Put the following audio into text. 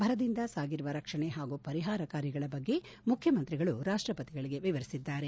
ಭರದಿಂದ ಸಾಗಿರುವ ರಕ್ಷಣೆ ಹಾಗೂ ಪರಿಹಾರ ಕಾರ್ಯಗಳ ಬಗ್ಗೆ ಮುಖ್ಯಮಂತ್ರಿಗಳು ರಾಷ್ಟಪತಿಗಳಿಗೆ ವಿವರಿಸಿದ್ದಾರೆ